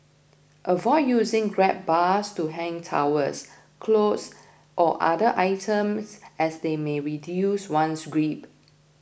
avoid using grab bars to hang towels clothes or other items as they may reduce one's grip